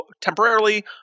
temporarily